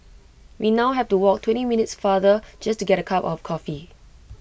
we now have to walk twenty minutes farther just to get A cup of coffee